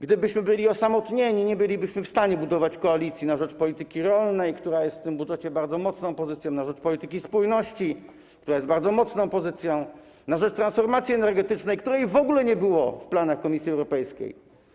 Gdybyśmy byli osamotnieni nie bylibyśmy w stanie budować koalicji na rzecz polityki rolnej, która jest w tym budżecie bardzo mocną pozycją, na rzecz polityki spójności, która jest bardzo mocną pozycją, na rzecz transformacji energetycznej, której w ogóle nie było w planach Komisji Europejskiej.